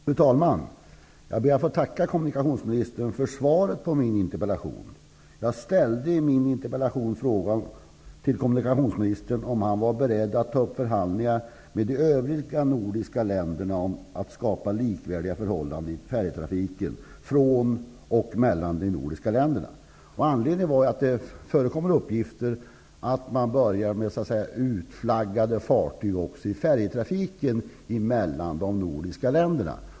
Fru talman! Jag ber att få tacka kommunikationsministern för svaret på min interpellation. Jag frågade i min interpellation kommunikationsministern om han var beredd att ta upp förhandlingar med de övriga nordiska länderna om att skapa likvärdiga förhållanden för färjetrafiken från och mellan de nordiska länderna. Anledningen till frågan var att det förekommer uppgifter om att man börjat med utflaggade fartyg också i färjetrafiken mellan de nordiska länderna.